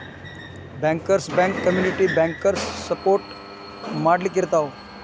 bankers bank community ಬ್ಯಾಂಕನ support ಮಾಡ್ಲಿಕ್ಕಿರ್ತಾವ